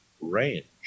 range